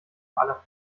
aller